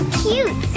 cute